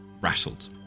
rattled